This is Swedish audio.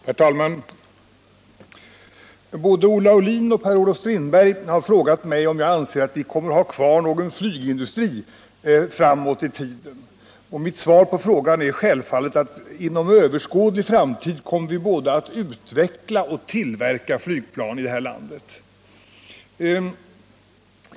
Herr talman! Både Olle Aulin och Per-Olof Strindberg har frågat mig om jag anser att vi kommer att ha kvar någon flygindustri i framtiden. Mitt svar på frågan är att vi inom överskådlig framtid kommer att både utveckla och tillverka flygplan i det här landet.